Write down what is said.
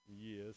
yes